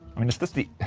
i mean, is this the.